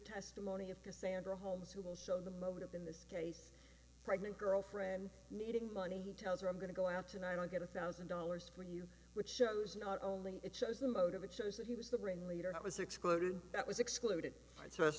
testimony of cassandra holmes who will show the moment in this case pregnant girlfriend needing money he tells her i'm going to go out tonight i'll get a thousand dollars for you which shows not only it shows the motive it shows that he was the ringleader that was excluded that was excluded and so it's